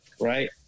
right